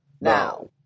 now